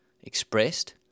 expressed